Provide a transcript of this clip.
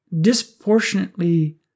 disproportionately